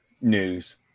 news